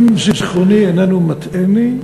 אם זיכרוני איננו מטעני,